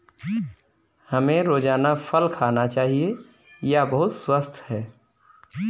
हमें रोजाना फल खाना चाहिए, यह बहुत स्वस्थ है